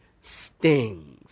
stings